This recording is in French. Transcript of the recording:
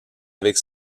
avec